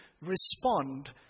respond